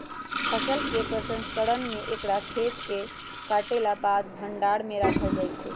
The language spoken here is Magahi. फसल के प्रसंस्करण में एकरा खेतसे काटलाके बाद भण्डार में राखल जाइ छइ